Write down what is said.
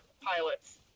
pilots